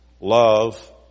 Love